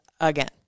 again